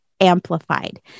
amplified